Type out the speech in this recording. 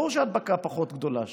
ברור שההדבקה פחות גדולה שם,